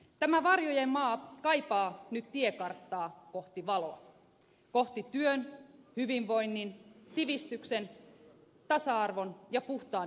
tämä varjojen maa kaipaa nyt tiekarttaa kohti valoa kohti työn hyvinvoinnin sivistyksen tasa arvon ja puhtaan ympäristön suomea